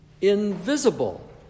invisible